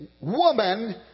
woman